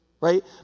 right